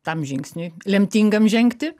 tam žingsniui lemtingam žengti